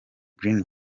green